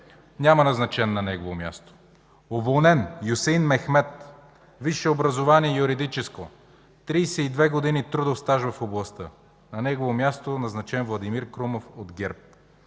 Няма назначен на негово място. Уволнен: Юсеин Мехмед. Висше образование – юридическо, 32 години трудов стаж в областта. На негово място е назначен Владимир Крумов от ГЕРБ.